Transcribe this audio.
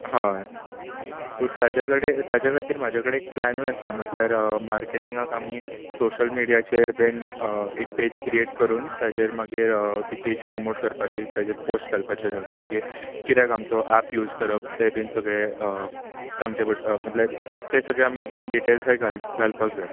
हय सो ताजे कडेन ताज्या खातीर म्हजे कडेन एक प्लॅनूय आसा म्हणल्यार मार्केटिंगाक आमी सोशल मिडियाचेर बी एक पेज क्रियेट करून ताजेर मागीर ती पेज प्रोमोट करपाची ताजेर पोस्ट घालपाचे मागीर किऱ्याक आमचो एप यूज करप तें बी सगळें सांगचें पडटा म्हणल्यार तें सगळें आमी ईन डिटेल थंय घाल घालपाक जाय